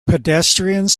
pedestrians